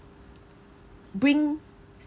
bring